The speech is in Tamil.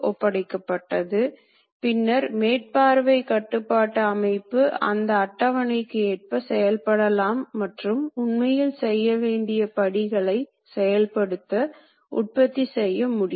ஏனெனில் துல்லியமான இயக்கக் கட்டுப்பாடு வேண்டும் மற்றும் நல்ல நிலையற்ற எதிர்ச்செயலைக் கொண்டிருக்க வேண்டும் மற்றும் மிக துல்லியமான நிலை கட்டுப்பாடு இருக்க வேண்டும்